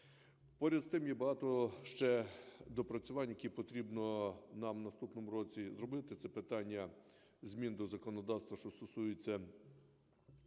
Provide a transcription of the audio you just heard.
Поряд з тим, є багато ще доопрацювань, які потрібно нам у наступному році зробити – це питання змін до законодавства, що стосується обігу